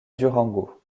durango